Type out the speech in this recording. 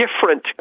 different